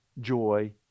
joy